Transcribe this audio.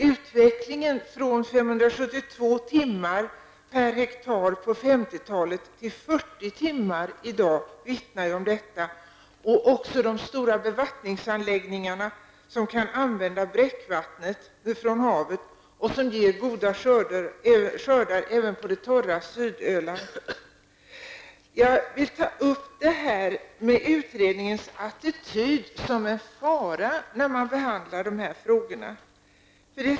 Utvecklingen från 572 timmar per hektar på 50-talet till 40 timmar i dag vittnar om detta liksom de stora bevattningsanläggningarna som kan använda bräckvatten från havet och som ger möjlighet till goda skördar även på det torra Jag vill ta upp att utredningens attityd kan vara en fara när man behandlar dessa frågor.